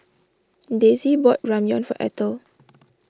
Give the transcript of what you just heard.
Desi bought Ramyeon for Ethel